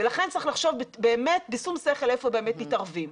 צריך לחשוב באמת בשום שכל איפה באמת מתערבים.